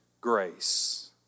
grace